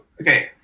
okay